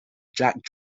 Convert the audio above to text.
jack